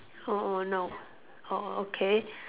oh oh no oh okay